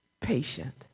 patient